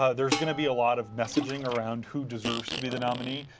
ah there's going to be a lot of messaging around who deserves to be the nominee,